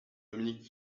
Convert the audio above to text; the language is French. dominique